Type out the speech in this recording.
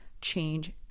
change